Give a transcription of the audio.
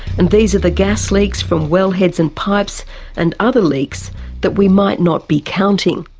and these are the gas leaks from well-heads and pipes and other leaks that we might not be counting.